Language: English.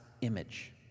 image